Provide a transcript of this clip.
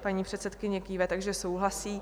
Paní předsedkyně kýve, takže souhlasí.